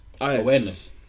Awareness